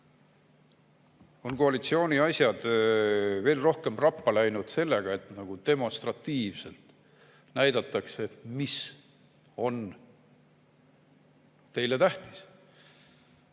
on koalitsiooni asjad veel rohkem rappa läinud sellega, et nagu demonstratiivselt näidatakse, mis on teile tähtis